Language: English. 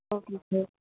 okay sir